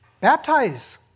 baptize